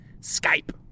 Skype